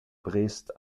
brest